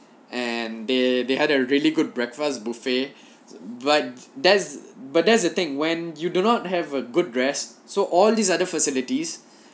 and they they had a really good breakfast buffet but that's but that's the thing when you do not have a good rest so all these other facilities